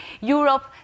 Europe